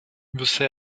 você